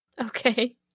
Okay